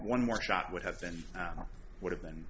one more shot would have been would have been